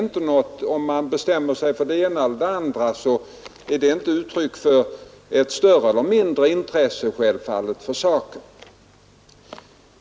När man bestämmer sig för det ena eller det andra alternativet är det inte uttryck för ett större eller mindre intresse för saken.